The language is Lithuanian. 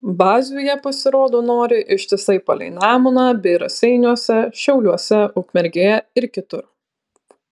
bazių jie pasirodo nori ištisai palei nemuną bei raseiniuose šiauliuose ukmergėje ir kitur